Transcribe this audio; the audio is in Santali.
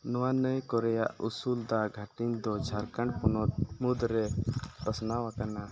ᱱᱚᱣᱟ ᱱᱟᱹᱭᱠᱚ ᱨᱮᱭᱟᱜ ᱩᱥᱩᱞ ᱫᱟᱜᱽ ᱦᱟᱹᱴᱤᱧ ᱫᱚ ᱡᱷᱟᱲᱠᱷᱚᱸᱰ ᱯᱚᱱᱚᱛ ᱢᱩᱫᱽᱨᱮ ᱯᱟᱥᱱᱟᱣ ᱟᱠᱟᱱᱟ